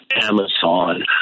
Amazon